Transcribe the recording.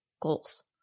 goals